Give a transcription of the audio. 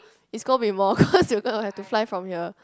is gonna be more cause we are going to have to fly from here